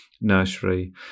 nursery